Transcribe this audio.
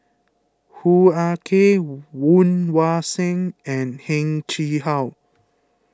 Hoo Ah Kay Woon Wah Siang and Heng Chee How